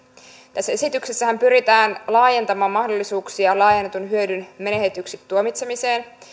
tässä esityksessähän pyritään laajentamaan mahdollisuuksia laajennetun hyödyn menetetyksi tuomitsemiseen